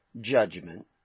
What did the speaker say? judgment